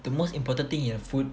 the most important thing in a food